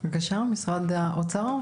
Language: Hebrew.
בבקשה נציג משרד האוצר.